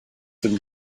them